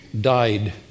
died